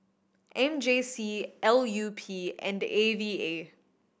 M J C L U P and A V A